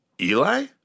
Eli